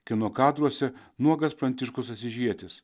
kino kadruose nuogas pranciškus asyžietis